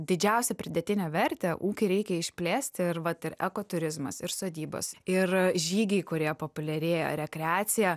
didžiausią pridėtinę vertę ūkį reikia išplėsti ir vat ir eko turizmas ir sodybos ir žygiai kurie populiarėja rekreacija